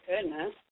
goodness